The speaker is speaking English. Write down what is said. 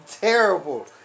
terrible